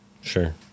Sure